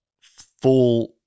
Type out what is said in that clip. full